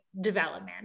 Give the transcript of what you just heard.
development